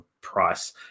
price